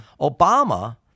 Obama